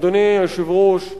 אדוני היושב-ראש,